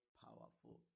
powerful